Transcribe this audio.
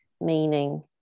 meaning